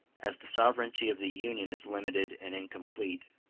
as the sovereignty of the union is limited and incomplete,